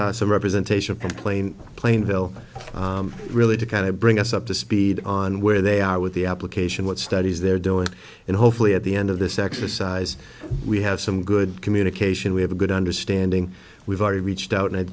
asked some representation of complaint plainville really to kind of bring us up to speed on where they are with the application what studies they're doing and hopefully at the end of this exercise we have some good communication we have a good understanding we've already reached out and